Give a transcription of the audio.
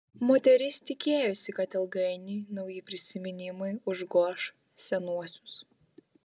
moteris tikėjosi kad ilgainiui nauji prisiminimai užgoš senuosius